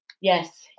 Yes